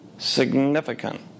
Significant